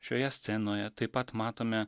šioje scenoje taip pat matome